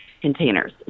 containers